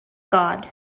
god